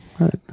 right